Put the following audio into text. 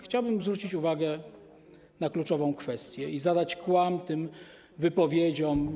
Chciałbym zwrócić uwagę na kluczową kwestię i zadać kłam tym wypowiedziom.